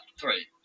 three